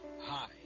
Hi